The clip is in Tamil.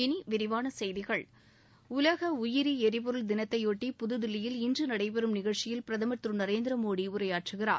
இனி விரிவான செய்திகள் உலக உயிரி எரிபொருள் தினத்தைபொட்டி புதுதில்லியில் இன்று நடைபெறும் நிகழ்ச்சியில் பிரதமர் திரு நரேந்திரமோடி உரையாற்றுகிறார்